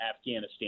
Afghanistan